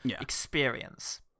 experience